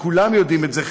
וכולם יודעים את זה,